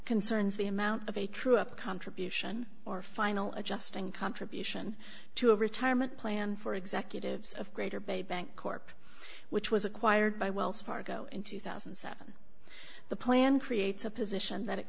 concerns the amount of a true up contribution or final adjusting contribution to a retirement plan for executives of greater bay bank corp which was acquired by wells fargo in two thousand and seven the plan creates a position that it